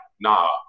Nah